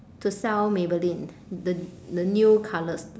to sell maybelline the the new colours